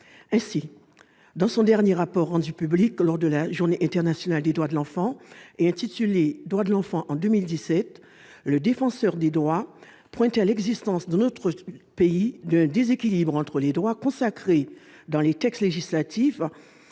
Ainsi, dans son dernier rapport, rendu public lors de la journée internationale des droits de l'enfant, et intitulé, le Défenseur des droits pointait l'existence, dans notre pays, d'un « déséquilibre entre les droits consacrés par les textes législatifs